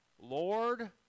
Lord